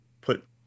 put